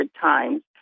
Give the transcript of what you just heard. times